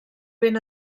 ben